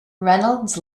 reynolds